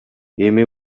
эми